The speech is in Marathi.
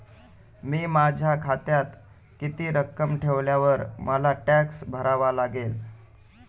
मी माझ्या खात्यात किती रक्कम ठेवल्यावर मला टॅक्स भरावा लागेल?